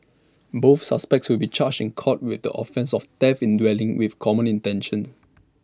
both suspects will be charged in court with the offence of theft in dwelling with common intention